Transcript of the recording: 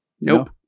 nope